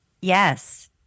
Yes